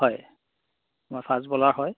হয় মই fast bowler হয়